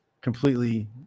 completely